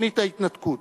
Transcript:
ותוכנית ההתנתקות.